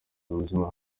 ubuzima